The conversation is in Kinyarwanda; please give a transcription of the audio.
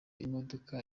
imodoka